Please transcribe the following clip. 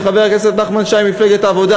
וחבר הכנסת נחמן שי ממפלגת העבודה,